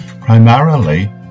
primarily